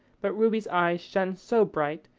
but ruby's eye shone so bright,